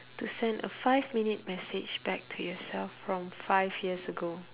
to send a five minute message back to yourself from five years ago